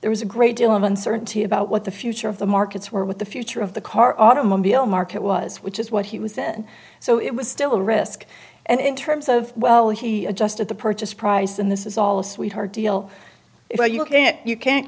there was a great deal of uncertainty about what the future of the markets were with the future of the car automobile market was which is what he was in so it was still a risk and in terms of well he adjusted the purchase price and this is all a sweetheart deal if you can't you can't